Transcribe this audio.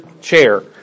chair